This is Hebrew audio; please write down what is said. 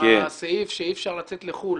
בסעיף שאי אפשר לצאת לחו"ל,